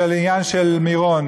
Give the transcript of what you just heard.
לעניין של מירון,